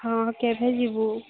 ହଁ କେଭେ ଯିବୁ